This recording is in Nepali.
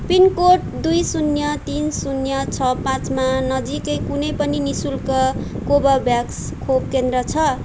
पिनकोड दुई शून्य तिन शून्य छ पाँचमा नजिकै कुनै पनि नि शुल्क कोभाभ्याक्सको खोप केन्द्र छ